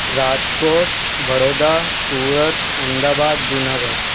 Rajkot Baroda Surat Ahmedabad Junagadh